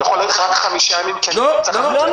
אני יכול להאריך רק חמישה ימים --- לא, לא.